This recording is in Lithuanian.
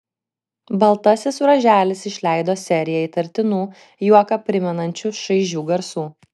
baltasis ruoželis išleido seriją įtartinų juoką primenančių šaižių garsų